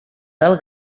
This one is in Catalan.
del